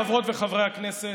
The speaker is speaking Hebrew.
חברות וחברי הכנסת,